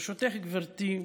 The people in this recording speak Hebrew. ברשותך, גברתי,